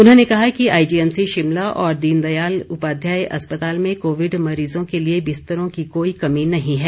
उन्होंने कहा कि आईजीएमसी शिमला और दीनदयाल उपाध्याय अस्पताल में कोविड मरीजों के लिए बिस्तरों की कोई कमी नहीं है